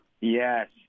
Yes